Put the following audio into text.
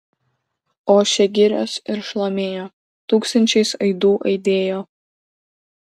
ošė girios ir šlamėjo tūkstančiais aidų aidėjo